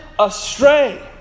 astray